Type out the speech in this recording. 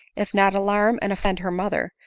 if not alarm and offend her mother,